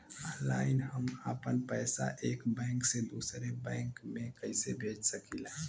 Online हम आपन पैसा एक बैंक से दूसरे बैंक में कईसे भेज सकीला?